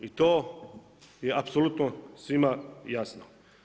I to je apsolutno svima jasno.